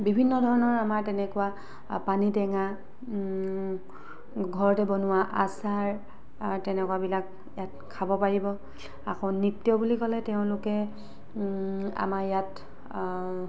বিভিন্ন ধৰণৰ আমাৰ তেনেকুৱা পানী টেঙা ঘৰতে বনোৱা আচাৰ আৰু তেনেকুৱাবিলাক ইয়াত খাব পাৰিব আকৌ নৃত্য বুলি ক'লে তেওঁলোকে আমাৰ ইয়াত